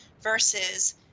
versus